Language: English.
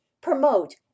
promote